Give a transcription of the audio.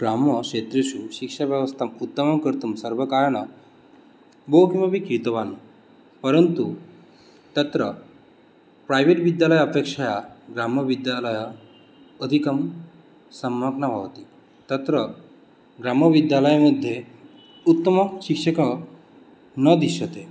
ग्राम्यक्षेत्रेषु शिक्षाव्यवस्थाम् उत्तमं कर्तुं सर्वकारेण बहुकिमपि कृतवान् परन्तु तत्र प्रैवेट् विद्यालय अपेक्षया ग्राम्यविद्यालयः अधिकं सम्यक् न भवति तत्र ग्राम्यविद्यालयमध्ये उत्तमशिक्षकः न दृश्यते